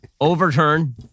overturn